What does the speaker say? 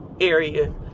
area